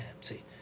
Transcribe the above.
See